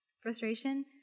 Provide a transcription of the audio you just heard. frustration